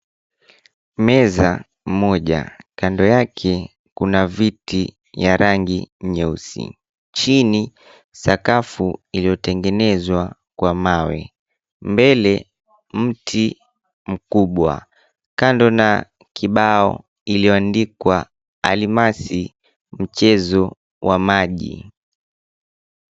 Meza moja, kando yake kuna viti ya rangi nyeusi. Chini sakafu iliyotengenezwa kwa mawe. Mbele mti mkubwa kando na kibao iliyoandikwa, Almasi mchezo wa maji.